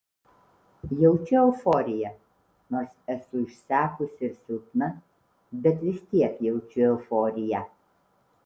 jaučiu euforiją nors esu išsekusi ir silpna bet vis tiek jaučiu euforiją